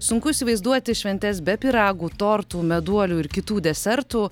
sunku įsivaizduoti šventes be pyragų tortų meduolių ir kitų desertų